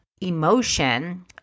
emotion